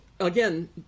Again